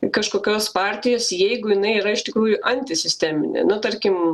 kažkokios partijos jeigu jinai yra iš tikrųjų antisisteminė nu tarkim